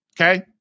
okay